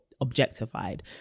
objectified